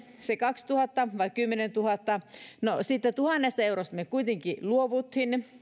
se kaksituhatta vai kymmenentuhatta siitä tuhannesta eurosta me kuitenkin luovuimme